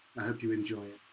you enjoy.